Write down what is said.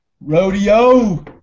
Rodeo